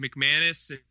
McManus